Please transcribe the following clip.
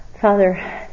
Father